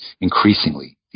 increasingly